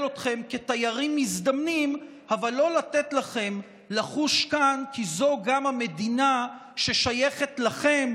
אתכם כתיירים מזדמנים אבל לא לתת לכם לחוש כאן שזו גם המדינה ששייכת לכם,